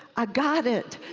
i got it!